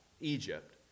Egypt